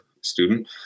student